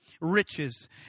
riches